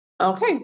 okay